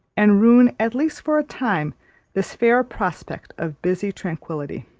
and ruin at least for a time this fair prospect of busy tranquillity.